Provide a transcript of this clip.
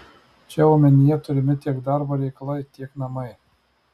čia omenyje turimi tiek darbo reikalai tiek namai